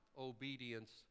obedience